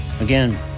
again